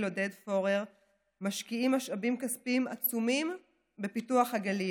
עודד פורר משקיעים משאבים כספיים עצומים בפיתוח הגליל.